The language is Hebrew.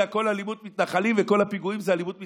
זה הכול אלימות מתנחלים וכל הפיגועים זה אלימות מתנחלים?